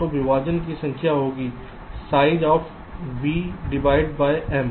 तो विभाजन की संख्या होगी size of V divide by M size of V divide by m